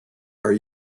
are